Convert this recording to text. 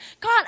God